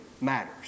matters